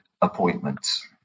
appointments